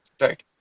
Right